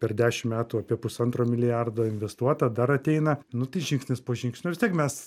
per dešim metų apie pusantro milijardo investuota dar ateina nu tai žingsnis po žingsnio vis tiek mes